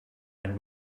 and